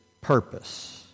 purpose